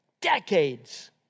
decades